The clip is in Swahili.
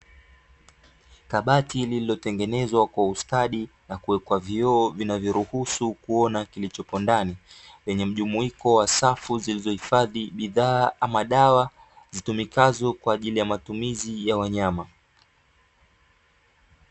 Kabati lilotengenezwa kwa ustadi na kuwekwa vioo vinavyoruhusu kuona kilichopo ndani, yenye mjumuiko wa safu zilizohifadhi bidhaa ama dawa zitumikazo kwa ajili ya matumizi ya wanyama.